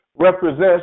Represents